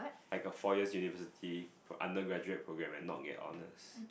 like a four years university for undergraduate programme and not get honours